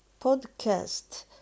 podcast